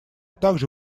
также